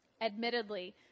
Admittedly